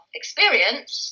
experience